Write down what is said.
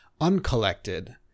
Uncollected